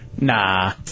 Nah